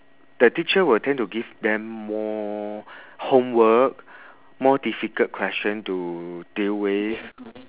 the teacher will tend to give them more homework more difficult question to deal with